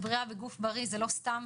נפש בריאה בגוף בריא זה לא סתם,